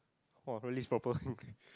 !wah! realize purpose